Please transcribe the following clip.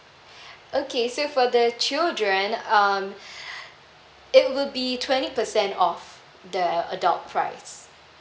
okay so for the children um it will be twenty percent off the adult price